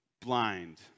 blind